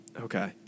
okay